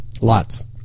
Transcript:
Lots